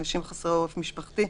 אנשים חסרי עורף משפחתי,